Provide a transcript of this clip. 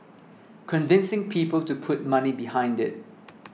convincing people to put money behind it